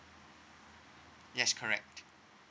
yes correct